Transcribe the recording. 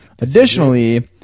Additionally